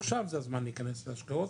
עכשיו זה הזמן להיכנס להשקעות,